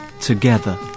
together